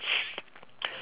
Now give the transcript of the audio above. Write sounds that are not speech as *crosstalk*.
*noise*